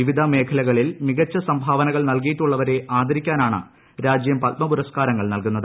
വിവിധ മേഖലകളിൽ മികച്ച സംഭാവനകൾ നൽകിയിട്ടു്ള്ളവരെ ആദരിക്കാനാണ് രാജ്യം പത്മപുരസ്കാരങ്ങൾ നൽകുന്നത്